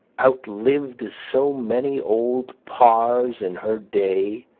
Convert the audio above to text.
outlived so many old parrs in her day,